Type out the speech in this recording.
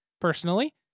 personally